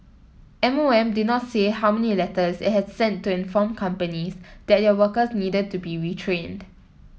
M O M did not say how many letters it had sent to inform companies that their workers needed to be retrained